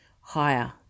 higher